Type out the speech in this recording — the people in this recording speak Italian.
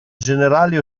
generali